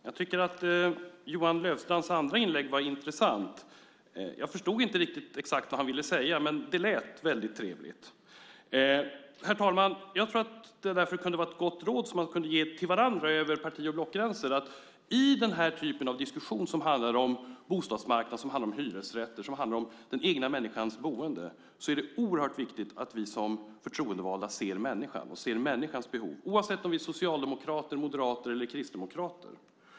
Herr talman! Jag tycker att Johan Löfstrands andra inlägg var intressant. Jag förstod inte exakt vad han ville säga, men det lät väldigt trevligt. Ett gott råd som man kunde ge till varandra över parti och blockgränser vore att säga att det i den här typen av diskussioner, som handlar om bostadsmarknad, hyresrätter och människors egna boende, är oerhört viktigt att vi som förtroendevalda ser människan och människans behov, oavsett om vi är socialdemokrater, moderater eller kristdemokrater.